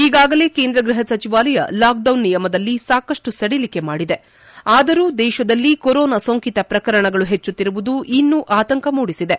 ಈಗಾಗಲೇ ಕೇಂದ್ರ ಗ್ವಹ ಸಚಿವಾಲಯ ಲಾಕ್ಡೌನ್ ನಿಯಮದಲ್ಲಿ ಸಾಕಷ್ಟು ಸದಿಲಿಕೆ ಮಾದಿದೆ ಆದರೂ ದೇಶದಲ್ಲಿ ಕೊರೊನಾ ಸೋಂಕಿತ ಪ್ರಕರಣಗಳು ಹೆಚ್ಚುತ್ತಿರುವುದು ಇನ್ನೂ ಆತಂಕ ಮೂಡಿಸಿದೆ